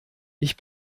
ich